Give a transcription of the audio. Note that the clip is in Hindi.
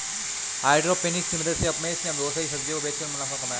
हाइड्रोपोनिक्स की मदद से उमेश ने बहुत सारी सब्जियों को बेचकर मुनाफा कमाया है